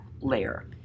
layer